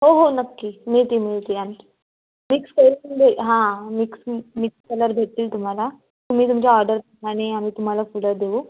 हो हो नक्की मिळतील मिळतील आणि मिक्स करून देईन हां मिक्स मिक्स कलर भेटतील तुम्हाला तुम्ही तुमच्या ऑर्डर द्या आणि आम्ही तुम्हाला फुलं देऊ